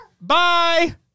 Bye